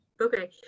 Okay